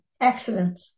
Excellent